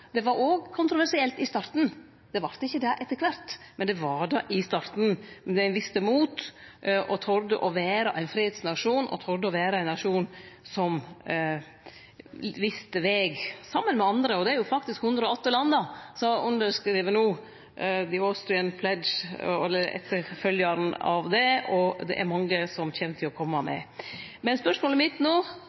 Det var òg kontroversielt i starten – det vart ikkje det etter kvart, men det var det i starten. Men me viste mot og torde å vere ein fredsnasjon og torde å vere ein nasjon som viste veg – saman med andre. Og det er faktisk 108 land som no har underskrive Austrian Pledge, etterfølgjaren til det, og det er mange som kjem til å kome med. Men spørsmålet mitt no,